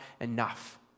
enough